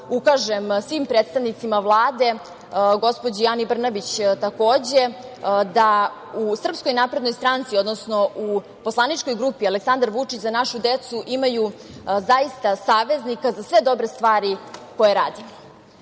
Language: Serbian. ukažem svim predstavnicima Vlade, gospođi Ani Brnabić, takođe, da u SNS, odnosno u poslaničkoj grupi Aleksandar Vučić – Za našu decu imaju zaista saveznika za sve dobre stvari koje radimo.